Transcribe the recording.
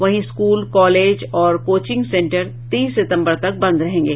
वहीं school college और coaching centre तीस सितंबर तक बंद रहेंगे